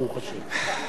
ברוך השם.